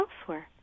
elsewhere